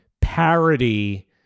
parody